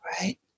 Right